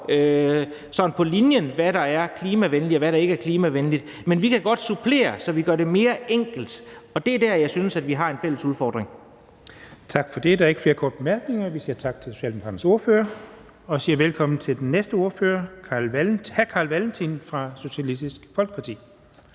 på linjen, hvad der er klimavenligt, og hvad der ikke er klimavenligt. Men vi kan godt supplere, så vi gør det mere enkelt, og det er der, jeg synes at vi har en fælles udfordring. Kl. 12:49 Den fg. formand (Jens Henrik Thulesen Dahl): Tak for det. Der er ikke flere korte bemærkninger. Vi siger tak til Socialdemokraternes ordfører og siger velkommen til den næste ordfører, Carl Valentin fra Socialistisk Folkeparti.